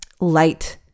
light